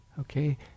Okay